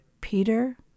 Peter